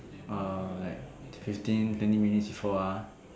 uh like fifteen twenty minutes before ah